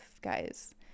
guys